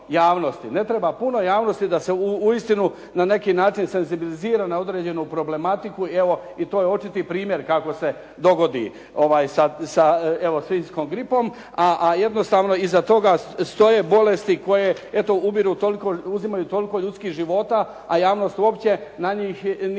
ne treba puno javnosti da se uistinu na neki način senzibilizira na određenu problematiku, evo i to je očiti primjer kako se dogodi sa svinjskom gripom, a jednostavno iza toga stoje bolesti koje eto uzimaju toliko ljudskih života, a javnost uopće na njih nije